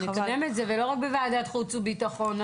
לקדם את זה, ולא רק בוועדת חוץ וביטחון.